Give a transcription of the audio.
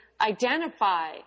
identify